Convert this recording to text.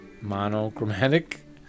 Monochromatic